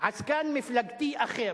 עסקן מפלגתי אחר.